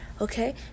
Okay